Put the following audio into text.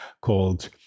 called